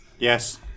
Yes